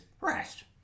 rest